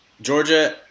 Georgia